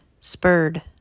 Spurred